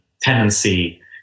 tendency